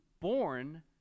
born